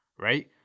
right